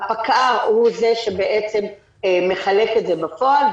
הפקע"ר הוא זה שבעצם מחלק את זה בפועל,